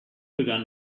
began